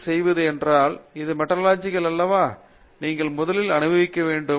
Dஐச் செய்வது என்றால் அது மெட்டாலஜி அல்லவா என்று நீங்கள் முதலில் அனுபவிக்க வேண்டும்